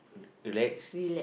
relax